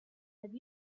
have